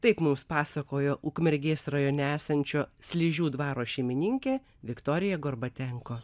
taip mums pasakojo ukmergės rajone esančio sližių dvaro šeimininkė viktorija gorbatenko